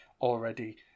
already